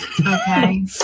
Okay